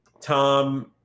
tom